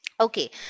Okay